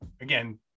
again